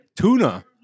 Tuna